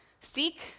Seek